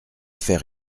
faire